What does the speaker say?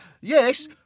Yes